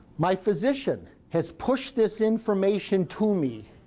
my physician has pushed this information to me